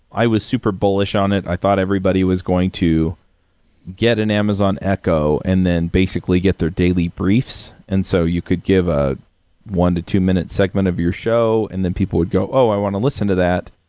i was super bullish on it. i thought everybody was going to get an amazon echo and then basically get their daily briefs. and so, you could give a one to two minute segment of your show and then people would go, oh! i want to listen to that.